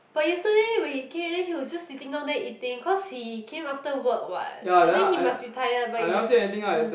but yesterday when he came then he was just sitting down there eating cause he came after work what I think he must be tired but he just